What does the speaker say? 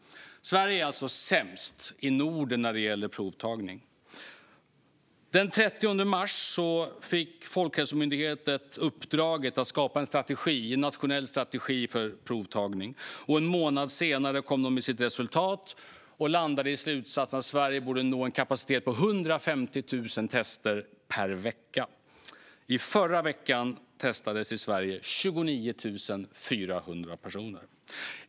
Sverige är alltså sämst i Norden när det gäller provtagning. Den 30 mars fick Folkhälsomyndigheten uppdraget att skapa en nationell strategi för provtagning, och en månad senare kom de med sitt resultat. De landade i slutsatsen att Sverige borde nå en kapacitet på 150 000 tester per vecka. I förra veckan testades i Sverige 29 400 personer.